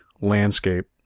landscape